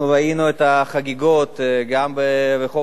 אנחנו ראינו את החגיגות גם ברחוב